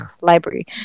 library